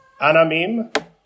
Anamim